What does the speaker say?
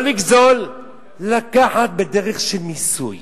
לא לגזול לקחת בדרך של מיסוי,